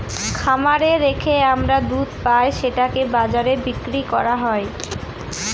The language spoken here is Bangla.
খামারে রেখে আমরা দুধ পাই সেটাকে বাজারে বিক্রি করা হয়